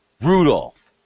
Rudolph